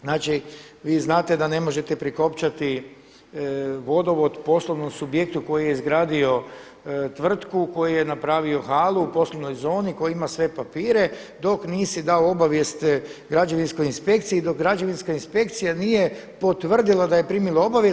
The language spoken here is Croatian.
Znači vi znate da ne možete prikopčati vodovod poslovnom subjektu koji je izgradio tvrtku koju je napravio halu u poslovnoj zoni, koji ima sve papire dok nisi dao obavijest građevinskoj inspekciji, dok građevinska inspekcija nije potvrdila da je primila obavijest.